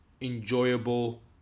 enjoyable